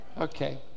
Okay